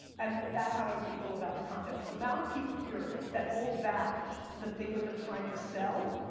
and that's how i would go about the content. amount of people here that hold back the thing that they're trying to sell,